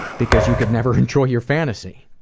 because you could never enjoy your fantasy.